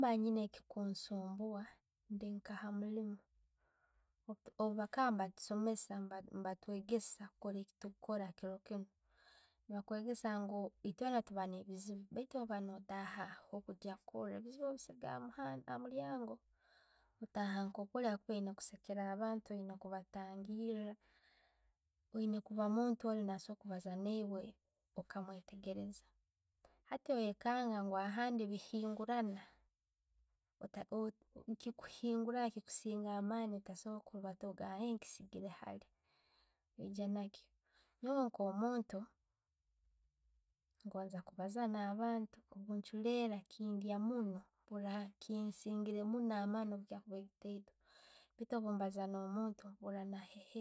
Nanyiina echikusumbuha ndikaha 'mullimu, obwa obwakaba nibatusomessa neba nebatwegessa kukora byetukukora kilo kiinu, nebatwigessa ngu etweena tuba ne'biziibu baitu bwo kuba no'taha kugya kukora, ebizzibu n'bissiga hamulya hamulyango. Ottaha nka kuli oyine kusekella abantu no'kubattangiira, oyina kuba omuntu oli nasobora kubaaaza naiiwe okamwettegerreza. Hatti noikanga ahandi ne'bihingurana, nechikuhinguraho, nechikusinga amaani ottakusobora ollibate ogambe nkisigiire hali. Nyowe nko omuntu ngonza kubaaza na'abantu, bwenchuulera munno, kindya munno, mpuula kinsimbire munno amaani kuba mataito. Baitu bwebaaza no'muntu.